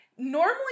Normally